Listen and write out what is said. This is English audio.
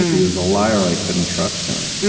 if he was a liar, i couldn't trust him.